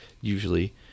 usually